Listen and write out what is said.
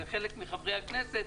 לחלק מחברי הכנסת,